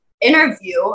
interview